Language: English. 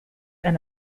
and